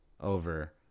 over